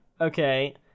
okay